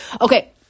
Okay